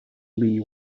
lee